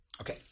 okay